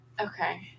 Okay